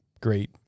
great